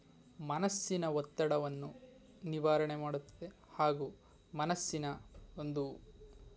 ಮನಸ್ಸಿನ ಒತ್ತಡವನ್ನು ನಿವಾರಣೆ ಮಾಡುತ್ತದೆ ಹಾಗು ಮನಸ್ಸಿನ ಒಂದು